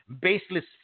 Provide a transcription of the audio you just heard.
baseless